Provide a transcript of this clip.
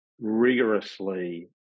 rigorously